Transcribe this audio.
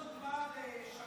יש לך דוגמה לשגריר?